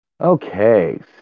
Okay